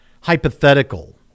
hypothetical